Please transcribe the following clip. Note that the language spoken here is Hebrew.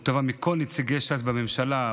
הוא תבע מכל נציגי ש"ס בממשלה,